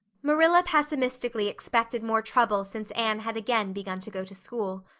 marilla pessimistically expected more trouble since anne had again begun to go to school.